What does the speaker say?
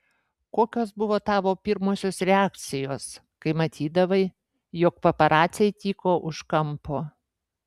kokios buvo tavo pirmosios reakcijos kai matydavai jog paparaciai tyko už kampo